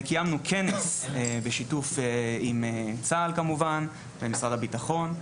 קיימנו כנס בשיתוף עם צה"ל כמובן ומשרד הביטחון.